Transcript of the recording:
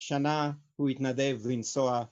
‫שנה הוא התנדב לנסוע